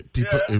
People